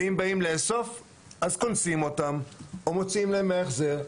ואם באים לאסוף אז קונסים אותם או מוציאים להם מההחזר.